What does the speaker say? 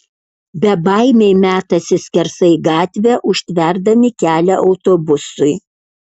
bebaimiai metasi skersai gatvę užtverdami kelią autobusui